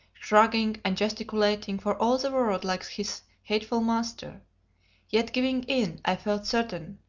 shrugging and gesticulating for all the world like his hateful master yet giving in, i felt certain,